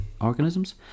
Organisms